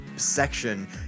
section